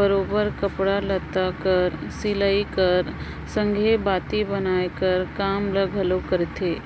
बरोबेर कपड़ा लत्ता कर सिलई कर संघे बाती बनाए कर काम ल घलो करथे